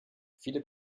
viele